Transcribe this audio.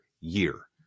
year